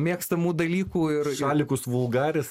mėgstamų dalykų ir šalikus vulgaris